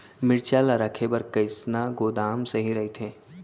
मिरचा ला रखे बर कईसना गोदाम सही रइथे?